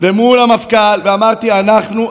ומול המפכ"ל ואמרתי: אנחנו,